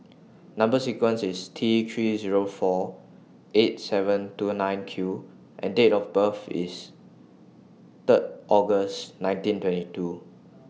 Number sequence IS T three Zero four eight seven two nine Q and Date of birth IS Third August nineteen twenty two